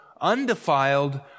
undefiled